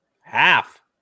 half